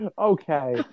okay